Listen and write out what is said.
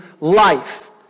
life